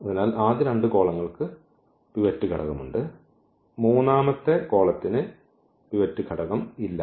അതിനാൽ ആദ്യ രണ്ട് കോളങ്ങൾക്ക് പിവറ്റ് ഘടകമുണ്ട് മൂന്നാമത്തെ കോളത്തിന് പിവറ്റ് ഘടകം ഇല്ല